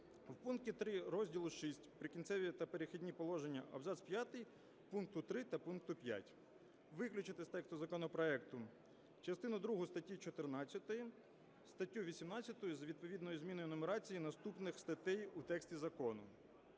у пункті 3 розділу VI "Прикінцеві та перехідні положення" абзац п'ятий пункту 3 та пункту 5. Виключити з тексту законопроекту: частину другу статті 14; статтю 18 із відповідною зміною нумерації наступних статей у тексті закону;